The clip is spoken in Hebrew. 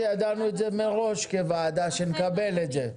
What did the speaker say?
אומרת, ידענו מראש שנקבל את זה.